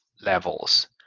levels